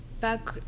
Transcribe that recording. back